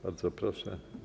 Bardzo proszę.